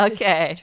Okay